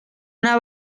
una